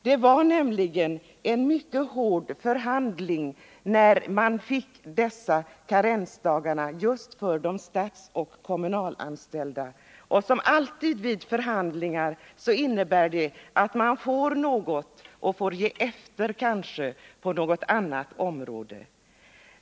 Det var en mycket hård förhandling som resulterade i att karensdagarna togs bort för de statsoch kommunalanställda. Och som alltid vid förhandlingar fick man i stället ge efter på något annat område.